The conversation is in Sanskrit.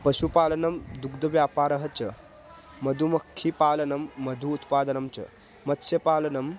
पशुपालनं दुग्धव्यापारः च मदुमखिपालनं मदधूत्पादनं च मत्स्यपालनं